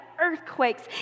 earthquakes